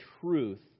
truth